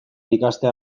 ikastea